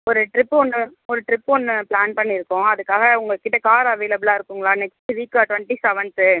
ஒரு ட்ரிப்பு ஒன்று ஒரு ட்ரிப் ஒன்று ப்லான் பண்ணியிருக்கோம் அதுக்காக உங்கள் கிட்டே கார் அவைலபிளாக இருக்குங்களா நெக்ஸ்ட்டு வீக் ஒரு டொண்ட்டி செவன்த்து